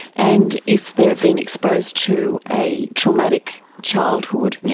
and if they've been exposed to a traumatic childhood,